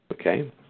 Okay